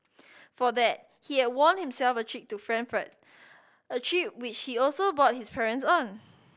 for that he had won himself a trip to Frankfurt a trip which he also brought his parents on